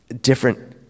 different